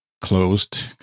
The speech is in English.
closed